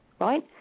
right